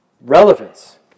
relevance